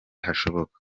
hashoboka